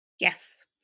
Yes